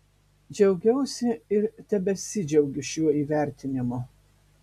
džiaugiausi ir tebesidžiaugiu šiuo įvertinimu